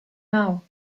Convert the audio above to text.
now